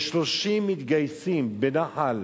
מתוך 30 מתגייסים לנחל